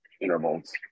intervals